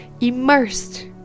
immersed